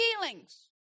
feelings